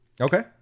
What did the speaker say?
okay